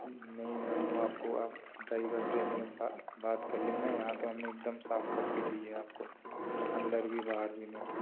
नहीं मैम वो आपको आप ड्राइवर से अपने बात बात कर लेना यहाँ तो हम ने एक दम साफ़ कर के दी है आपको अंदर भी बाहर भी मैम